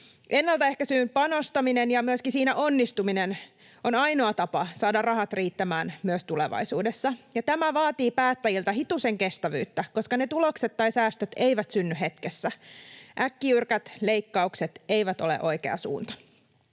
Ennaltaehkäisyyn panostaminen ja myöskin siinä onnistuminen on ainoa tapa saada rahat riittämään myös tulevaisuudessa, ja tämä vaatii päättäjiltä hitusen kestävyyttä, koska ne tulokset tai säästöt eivät synny hetkessä. Äkkijyrkät leikkaukset eivät ole oikea suunta.